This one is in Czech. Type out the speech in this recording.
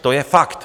To je fakt!